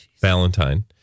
Valentine